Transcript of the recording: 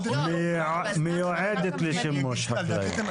מיועדת לשימוש חקלאי.